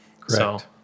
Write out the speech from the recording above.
Correct